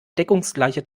deckungsgleiche